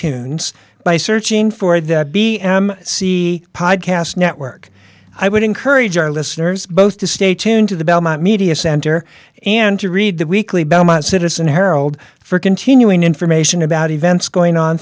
tunes by searching for the b m c podcast network i would encourage our listeners both to stay tuned to the media center and to read the weekly belmont citizen herald for continuing information about events going on